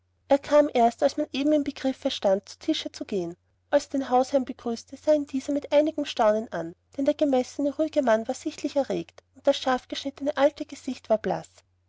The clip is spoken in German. er kam erst als man eben im begriffe stand zu tische zu gehen als er den hausherrn begrüßte sah ihn dieser mit einigem staunen an denn der gemessene ruhige mann war sichtlich erregt und das scharfgeschnittene alte gesicht war blaß